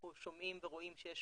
אנחנו שומעים ורואים שיש